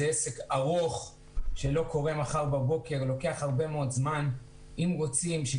עסק ארוך שלא קורה מחר בבוקר אלא לוקח הרבה מאוד זמן.